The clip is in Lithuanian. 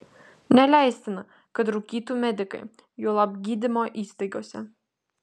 neleistina kad rūkytų medikai juolab gydymo įstaigose